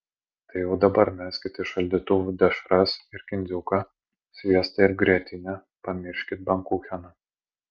tai jau dabar meskit iš šaldytuvų dešras ir kindziuką sviestą ir grietinę pamirškit bankucheną